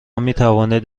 میتوانند